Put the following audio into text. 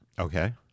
Okay